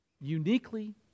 uniquely